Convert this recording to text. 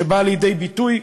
שבאה לידי ביטוי,